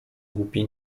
głupi